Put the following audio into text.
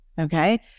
Okay